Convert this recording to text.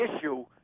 issue